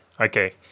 okay